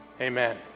amen